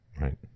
right